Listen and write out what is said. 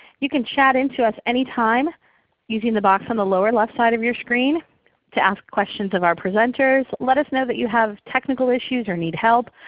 you can chat in to us any time using the box on the lower, left side of your screen to ask questions of our presenters, let us know that you have technical issues or need help,